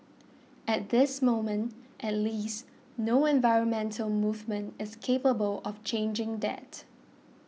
at this moment at least no environmental movement is capable of changing that